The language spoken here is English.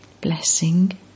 Blessing